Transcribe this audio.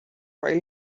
while